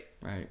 Right